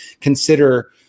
consider